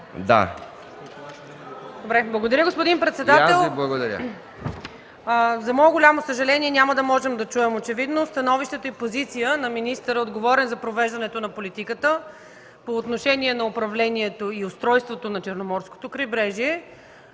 Благодаря, господин председател. За мое голямо съжаление, очевидно няма да можем да чуем становището и позицията на министъра, отговорен за провеждането на политиката по отношение управлението и устройството на Черноморското крайбрежие.